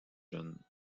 jeunes